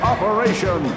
Operation